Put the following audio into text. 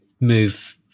move